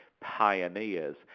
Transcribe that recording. pioneers